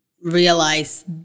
realize